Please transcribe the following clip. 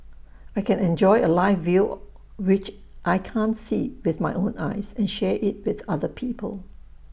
I can enjoy A live view which I can't see with my own eyes and share IT with other people